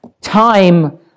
time